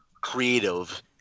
creative